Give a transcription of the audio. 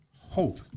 Hope